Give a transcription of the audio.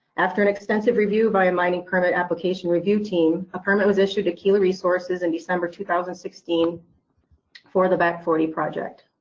after an extensive review by a mining permit application review team, a permit was issued to aquila resources in december two thousand and sixteen for the back forty project.